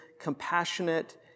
compassionate